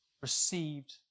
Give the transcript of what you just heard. received